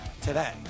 today